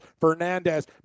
Fernandez